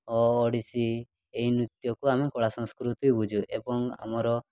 ଓ ଓଡ଼ିଶୀ ଏହି ନୃତ୍ୟକୁ ଆମେ କଳା ସଂସ୍କୃତି ବୁଝୁ ଏବଂ ଆମର